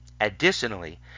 Additionally